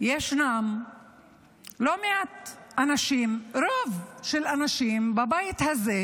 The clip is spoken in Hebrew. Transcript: ישנם לא מעט אנשים, רוב של האנשים בבית הזה,